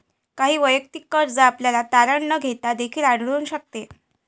काही वैयक्तिक कर्ज आपल्याला तारण न घेता देखील आढळून शकते